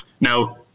Now